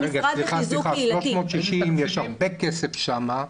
סליחה, יש הרבה כסף ב-360.